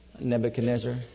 Nebuchadnezzar